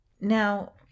Now